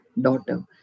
daughter